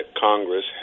Congress